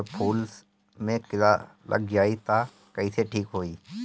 जब फूल मे किरा लग जाई त कइसे ठिक होई?